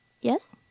Yes